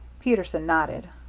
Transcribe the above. peterson nodded.